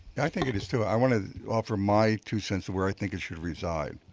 yeah i think it is, too. i wanted to offer my two cents where i think it should reside,